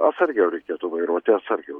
atsargiau reikėtų vairuoti atsargiau